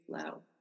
flow